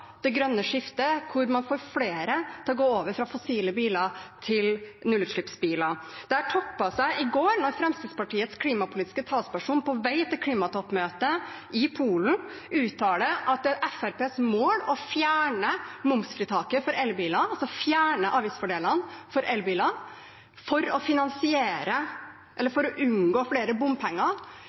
det grønne skiftet, der man får flere til å gå over fra fossile biler til nullutslippsbiler. Dette toppet seg i går, da Fremskrittspartiets klimapolitiske talsperson på vei til klimatoppmøtet i Polen uttalte at det er Fremskrittspartiets mål å fjerne momsfritaket for elbiler – altså fjerne avgiftsfordelene for elbiler – for å unngå flere bompenger,